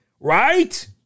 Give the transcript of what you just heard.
Right